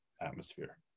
atmosphere